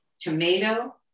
tomato